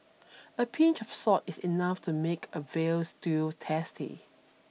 a pinch of salt is enough to make a Veal Stew tasty